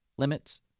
Limits